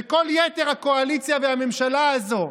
וכל יתר הקואליציה והממשלה הזו,